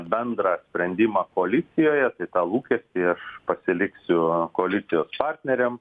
bendrą sprendimą koalicijoje tai tą lūkestį aš pasiliksiu koalicijos partneriam